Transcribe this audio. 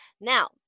Now